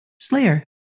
slayer